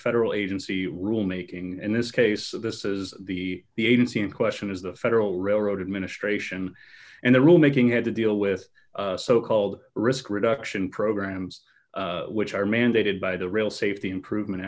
federal agency rulemaking in this case of this is the the agency in question is the federal railroad administration and the rule making had to deal with so called risk reduction programs which are mandated by the rail safety improvement